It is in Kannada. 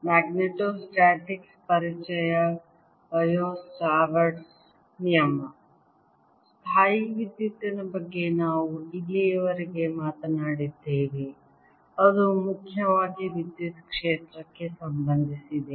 ಮ್ಯಾಗ್ನೆಟೋಸ್ಟಾಟಿಕ್ಸ್ ಪರಿಚಯ ಬಯೋಟ್ ಸಾವರ್ಟ್ ನಿಯಮ ಸ್ಥಾಯೀವಿದ್ಯುತ್ತಿನ ಬಗ್ಗೆ ನಾವು ಇಲ್ಲಿಯವರೆಗೆ ಮಾತನಾಡಿದ್ದೇವೆ ಅದು ಮುಖ್ಯವಾಗಿ ವಿದ್ಯುತ್ ಕ್ಷೇತ್ರಕ್ಕೆ ಸಂಬಂಧಿಸಿದೆ